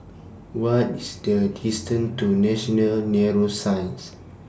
What IS The distance to National Neuroscience